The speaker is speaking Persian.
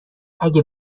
اگه